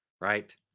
right